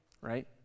right